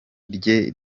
rye